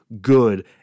good